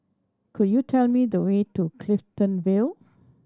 could you tell me the way to Clifton Vale